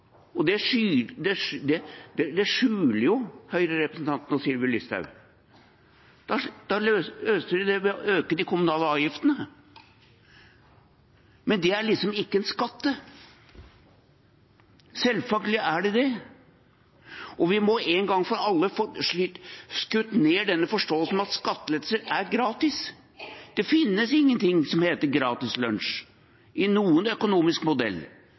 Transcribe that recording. ikke går? Og hva gjør de da? Det skjuler høyrerepresentantene og Sylvi Listhaug. Da løste de det ved å øke de kommunale avgiftene. Men det er liksom ikke en skatt. Selvfølgelig er det det. Vi må en gang for alle få skutt ned denne forståelsen om at skattelettelser er gratis. Det finnes ingenting som heter gratis lunsj i noen økonomisk modell,